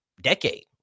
decade